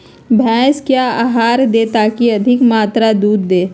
भैंस क्या आहार दे ताकि अधिक मात्रा दूध दे?